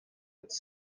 its